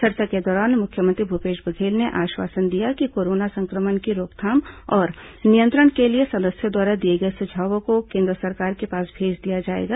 चर्चा के दौरान मुख्यमंत्री भूपेश बघेल ने आश्वासन दिया कि कोरोना संक्रमण की रोकथाम और नियंत्रण के लिए सदस्यों द्वारा दिये सुझाव को केन्द्र सरकार के पास भेज दिया जायेगा